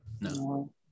no